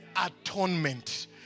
atonement